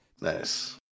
Nice